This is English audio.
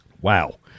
Wow